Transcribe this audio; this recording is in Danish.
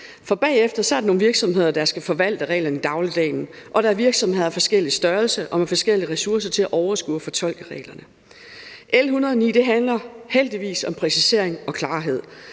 For bagefter er der nogle virksomheder, der skal forvalte reglerne i dagligdagen, og der er virksomheder af forskellig størrelse og med forskellige ressourcer til at overskue og fortolke reglerne. L 109 handler heldigvis om præcisering og klarhed,